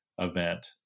event